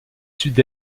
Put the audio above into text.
sud